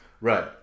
right